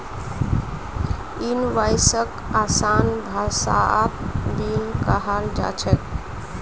इनवॉइसक आसान भाषात बिल कहाल जा छेक